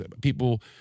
people